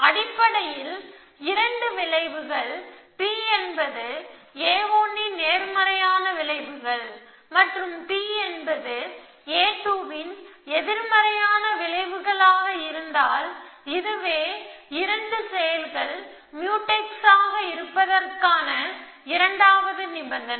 அடிப்படையில் 2 விளைவுகள் P என்பது a1 ன் நேர்மறையான விளைவுகள் மற்றும் P என்பது a2 ன் எதிர்மறையான விளைவுகள் ஆக இருந்தால் இதுவே இரண்டு செயல்கள் முயூடெக்ஸ் ஆக இருப்பதற்கான இரண்டாவது நிபந்தனை